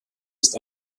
ist